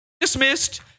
Dismissed